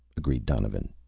agreed duncan.